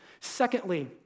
Secondly